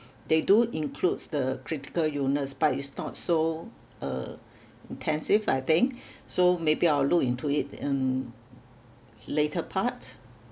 they do includes the critical illness but it's not so uh intensive lah I think so maybe I'll look into it um later part